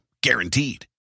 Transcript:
Guaranteed